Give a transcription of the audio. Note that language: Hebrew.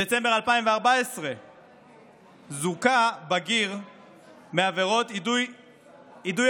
בדצמבר 2014 זוכה בגיר מעבירות יידוי